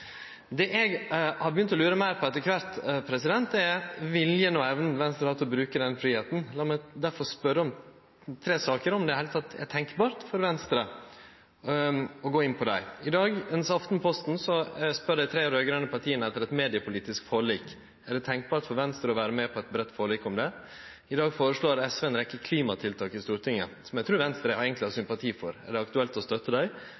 Det eg har begynt å lure meir på etter kvart, er viljen og evna Venstre har til å bruke den fridomen. Lat meg derfor spørje om tre saker – om det i det heile er tenkeleg for Venstre å gå inn på dei. I Aftenposten i dag spør dei tre raud-grøne partia etter eit mediepolitisk forlik. Er det tenkeleg for Venstre å vere med på eit breitt forlik om det? I dag føreslår SV ei rekkje klimatiltak i Stortinget som eg trur Venstre eigentleg har sympati for. Er det aktuelt å støtte dei?